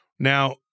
Now